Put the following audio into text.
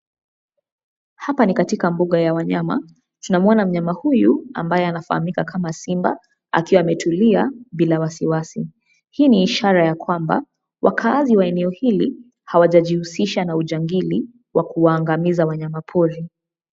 Hapa ni katika mbuga ya wanyama, tunamuona mnyama anayefahamika kama simba akiwa ametulia bila wasiwasi. Hii ni ishara ya kwamba, wakaazi wa eneo hili hawajajihusisha na ujangili wa kuangamiza wanyama pori.